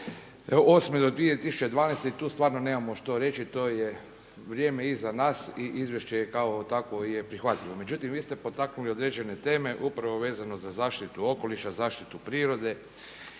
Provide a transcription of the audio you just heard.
2008. do 2012. i tu stvarno nemamo što reći. To je vrijeme iza nas i izvješće je kao takvo prihvatljivo. Međutim, vi ste potaknuli određene teme upravo vezano za zaštitu okoliša, zaštitu prirode